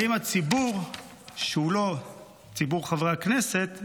האם הציבור שהוא לא ציבור חברי הכנסת,